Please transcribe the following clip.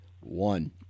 one